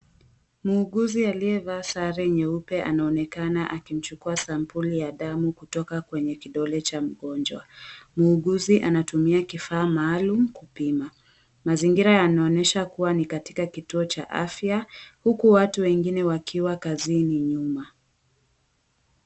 Muuguzi aliyevaa sare nyeupe anaonekana akiuchukua sampuli ya damu kutoka kwenye kidole cha mgonjwa. Muuguzi anatumia kifaa maalum kupima. Mazingira yanaonyesha kuwa ni katika kituo cha afya, huku watu wengine wakiwa kazini nyuma.